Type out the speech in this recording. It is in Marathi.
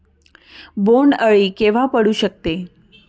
बोंड अळी केव्हा पडू शकते?